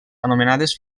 anomenades